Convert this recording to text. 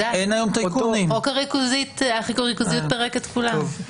חוק הריכוזיות פירק את כולם.